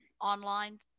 online